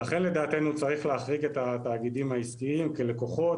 לכן לדעתנו צריך להכליל את התאגידים העסקיים כלקוחות,